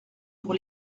pour